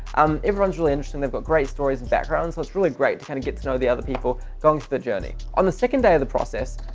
um everyone's really interesting. they've got great stories and backgrounds, so it's really great to kind of get to know the other people going the journey. on the second day of the process,